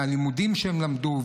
מהלימודים שהם למדו,